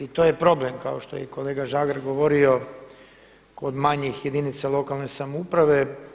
I to je problem kao što je i kolega Žagar govorio kod manjih jedinica lokalne samouprave.